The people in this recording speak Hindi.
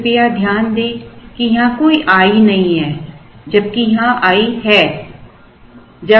कृपया ध्यान दें कि यहाँ कोई i नहीं है जबकि यहाँ i है